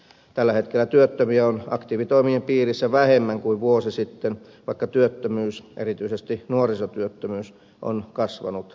tällä hetkellä työttömiä on aktiivitoimien piirissä vähemmän kuin vuosi sitten vaikka työttömyys erityisesti nuorisotyöttömyys on kasvanut rajusti